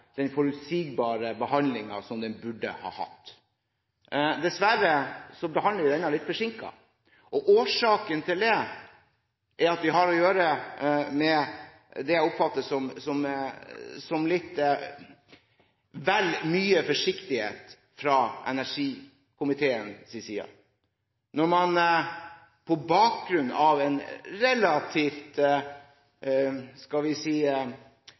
litt forsinket. Årsaken til det er at vi har å gjøre med det jeg oppfatter som litt vel mye forsiktighet fra energi- og miljøkomiteens side. Når man på bakgrunn av en relativt